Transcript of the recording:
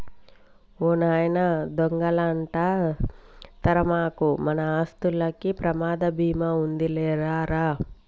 ఓ నాయనా దొంగలంట తరమకు, మన ఆస్తులకి ప్రమాద బీమా ఉండాదిలే రా రా